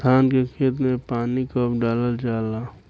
धान के खेत मे पानी कब डालल जा ला?